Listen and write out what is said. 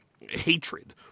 hatred